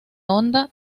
onda